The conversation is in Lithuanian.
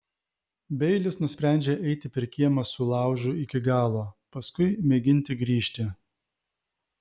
beilis nusprendžia eiti per kiemą su laužu iki galo paskui mėginti grįžti